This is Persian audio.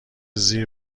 زیر